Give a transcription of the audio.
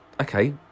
Okay